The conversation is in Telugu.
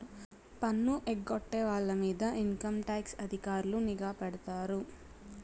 పన్ను ఎగ్గొట్టే వాళ్ళ మీద ఇన్కంటాక్స్ అధికారులు నిఘా పెడతారు